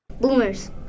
Boomers